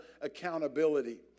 accountability